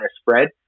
spread